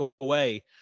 away